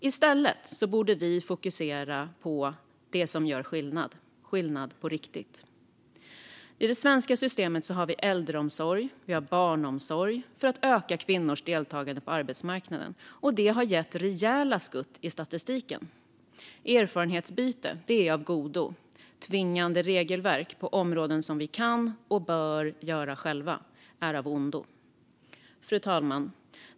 I stället borde vi fokusera på det som gör skillnad på riktigt. I det svenska systemet har vi äldreomsorg och barnomsorg för att öka kvinnors deltagande på arbetsmarknaden, och det har gett rejäla skutt i statistiken. Erfarenhetsutbyte är av godo. Tvingande regelverk på områden som vi kan och bör hantera själva är av ondo. Fru talman!